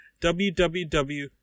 www